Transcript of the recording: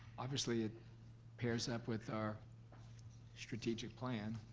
obviously it pairs up with our strategic plan.